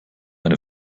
eine